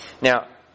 now